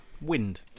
wind